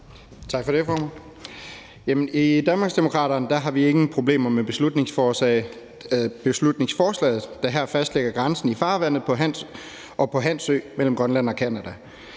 I Danmarksdemokraterne har vi ingen problemer med beslutningsforslaget, der her fastlægger grænsen i farvandet og på Hans Ø mellem Grønland og Canada,